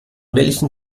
welchen